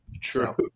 True